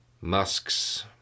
Musk's